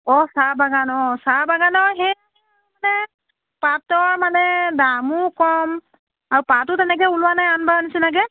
অ চাহ বাগান অ চাহ বাগানৰ সেই মানে পাতৰ মানে দামো কম আৰু পাতো তেনেকৈ ওলোৱা নাই আনবাৰৰ নিচিনাকৈ